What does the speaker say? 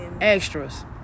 extras